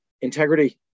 integrity